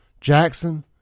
Jackson